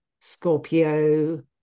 Scorpio